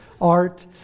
art